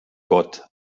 gott